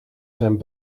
zijn